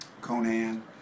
Conan